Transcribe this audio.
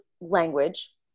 language